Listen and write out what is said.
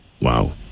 Wow